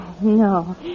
No